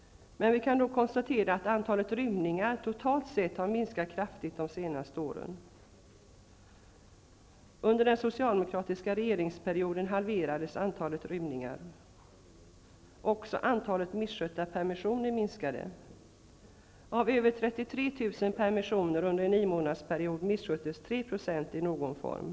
Vi kan dock konstatera att antalet rymningar totalt sett har minskat kraftigt de senaste åren. Under den socialdemokratiska regeringsperioden halverades antalet rymningar. Också antalet misskötta permissioner minskade. Av över 33 000 permissioner under en niomånadersperiod missköttes 3 % i någon form.